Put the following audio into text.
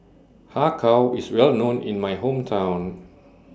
Har Kow IS Well known in My Hometown